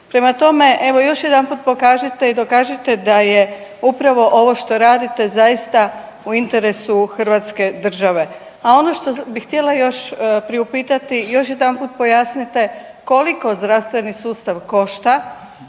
Prema tome, evo još jedanput pokažite i dokažite da je upravo ovo što radite zaista u interesu Hrvatske države. A ono što bih htjela još priupitati, još jedanput pojasnite koliko zdravstveni sustav košta?